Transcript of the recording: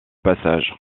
passage